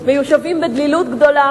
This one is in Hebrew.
מיושבים בדלילות גדולה,